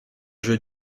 jeu